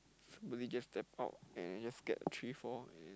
really gave them out and just get a three four and